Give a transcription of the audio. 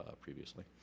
previously